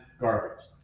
garbage